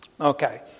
Okay